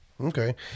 Okay